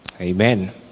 Amen